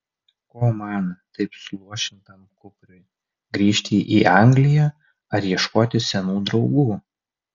ko man taip suluošintam kupriui grįžti į angliją ar ieškoti senų draugų